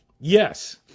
Yes